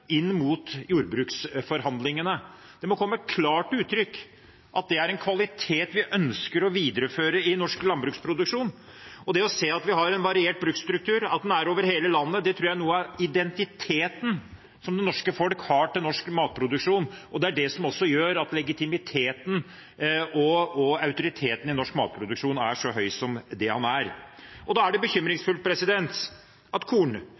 inn mot jordbruksforhandlingene. Det må komme klart til uttrykk at det er en kvalitet vi ønsker å videreføre i norsk landbruksproduksjon. En variert bruksstruktur og at den er over hele landet, tror jeg er noe av identiteten til det norske folk når det gjelder norsk matproduksjon. Det er det som gjør at legitimiteten og autoriteten i norsk matproduksjon er så høy som den er. Da er det bekymringsfullt at